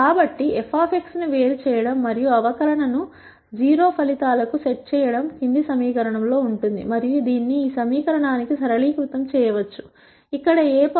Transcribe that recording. కాబట్టి f ను వేరు చేయడం మరియు అవకలన ను 0 ఫలితాలకు సెట్ చేయడం కింది సమీకరణం లో ఉంటుంది మరియు దీనిని ఈ సమీకరణానికి సరళీకృతం చేయవచ్చు ఇక్కడ Aᵀ a times x is Aᵀ